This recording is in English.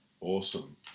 Awesome